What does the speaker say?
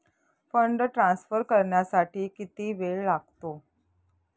Fund transfer करण्यासाठी किती वेळ लागतो?